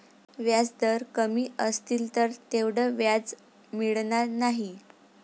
व्याजदर कमी असतील तर तेवढं व्याज मिळणार नाही